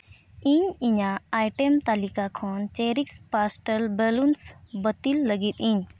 ᱤᱧ ᱤᱧᱟᱹᱜ ᱟᱭᱴᱮᱢ ᱛᱟᱹᱞᱤᱠᱟ ᱠᱷᱚᱱ ᱪᱮᱨᱤᱥ ᱯᱟᱥᱴᱟᱞ ᱵᱮᱞᱩᱱᱥ ᱵᱟᱹᱛᱤᱞ ᱞᱟᱹᱜᱤᱫ ᱤᱧ